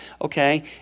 okay